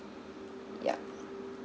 yup